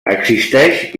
existeix